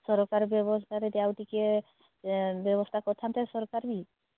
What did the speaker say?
ସରକାର ବ୍ୟବସ୍ଥାରେ ଆଉ ଟିକିଏ ବ୍ୟବସ୍ଥା କରଥାନ୍ତେ ସରକାର ବି